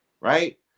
Right